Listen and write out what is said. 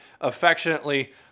affectionately